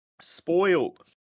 Spoiled